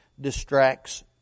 distracts